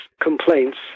complaints